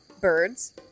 birds